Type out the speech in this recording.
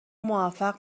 موفق